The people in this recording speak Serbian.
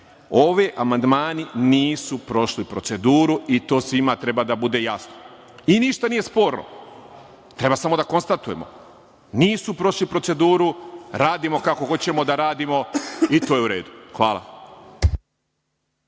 Ovi amandmani nisu prošli proceduru i to svima treba da bude jasno i ništa nije sporno. Treba samo da konstatujemo, nisu prošli proceduru, radimo kako hoćemo da radimo i to je u redu. Hvala.